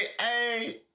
hey